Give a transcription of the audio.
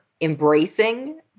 embracing